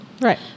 right